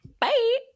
bye